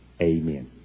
Amen